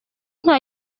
nta